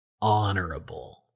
Honorable